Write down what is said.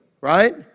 right